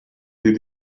did